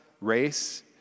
race